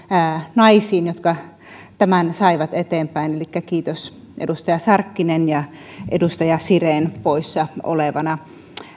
naisiin jotka tämän saivat eteenpäin elikkä kiitos edustaja sarkkinen ja edustaja siren poissa olevana